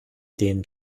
den